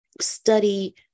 study